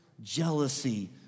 jealousy